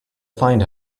find